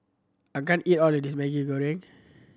I can't eat all of this Maggi Goreng